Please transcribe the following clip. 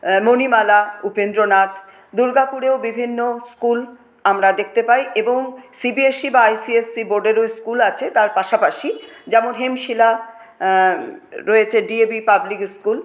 মণিমালা উপেন্দ্রনাথ দুর্গাপুরেও বিভিন্ন স্কুল আমরা দেখতে পাই এবং সিবিএসই বা আইসিএসই বোর্ডেরও স্কুল আছে তার পাশাপাশি যেমন হেমশিলা রয়েছে ডিএভি পাবলিক স্কুল